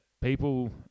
People